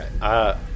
right